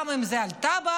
גם אם זה על טבק,